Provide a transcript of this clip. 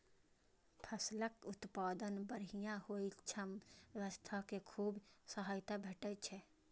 फसलक उत्पादन बढ़िया होइ सं अर्थव्यवस्था कें खूब सहायता भेटै छै